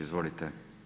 Izvolite.